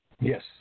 Yes